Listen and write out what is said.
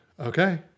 Okay